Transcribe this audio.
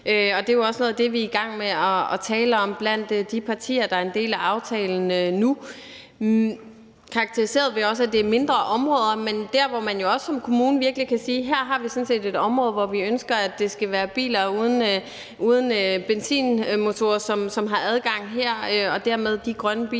og det er jo også noget af det, vi er i gang med at tale om blandt de partier, der er en del af aftalen nu. De er karakteriseret ved, at de er mindre områder, men der kan man også som kommune virkelig sige, at her har man sådan set et område, hvor man ønsker, at det kun skal være biler uden benzinmotorer, som har adgang her, og dermed kun de grønne biler,